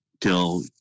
till